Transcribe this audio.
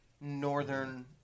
northern